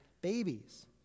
babies